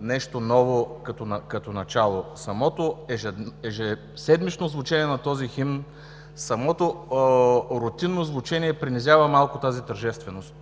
нещо ново като начало. Самото ежеседмично звучене на този химн, самото рутинно звучене принизява малко тази тържественост.